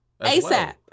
asap